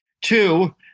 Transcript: Two